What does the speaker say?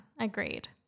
agreed